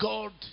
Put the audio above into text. God